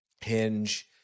Hinge